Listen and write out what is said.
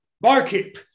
barkeep